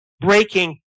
breaking